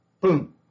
Boom